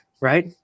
right